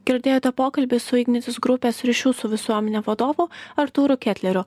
girdėjote pokalbį su ignitis grupės ryšių su visuomene vadovu artūru ketleriu